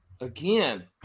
Again